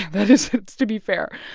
that is to be fair.